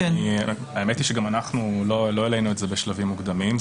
האמת היא שגם אנחנו לא העלינו את זה בשלבים מוקדמים.